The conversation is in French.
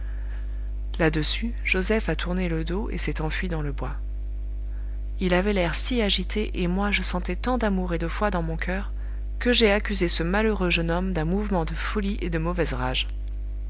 là-dessus joseph a tourné le dos et s'est enfui dans le bois il avait l'air si agité et moi je sentais tant d'amour et de foi dans mon coeur que j'ai accusé ce malheureux jeune homme d'un mouvement de folie et de mauvaise rage